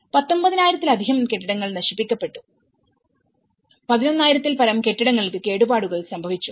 19000 ത്തിലധികം കെട്ടിടങ്ങൾ നശിപ്പിക്കപ്പെട്ടു 11000 ൽ പരം കെട്ടിടങ്ങൾക്ക് കേടുപാടുകൾ സംഭവിച്ചു